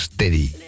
Steady